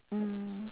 mm